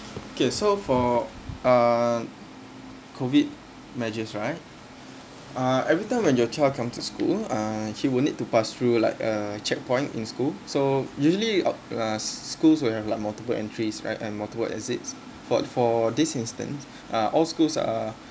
okay so for uh COVID measures right uh every time when your child come to school uh he would need to pass through like a checkpoint in school so usually up uh s~ schools will have like multiple entries right and multiple exits for for this instance uh all schools are